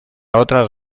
otras